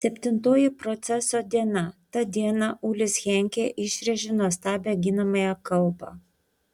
septintoji proceso diena tą dieną ulis henkė išrėžė nuostabią ginamąją kalbą